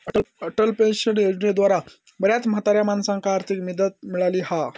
Atal pension योजनेद्वारा बऱ्याच म्हाताऱ्या माणसांका आर्थिक मदत मिळाली हा